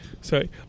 Sorry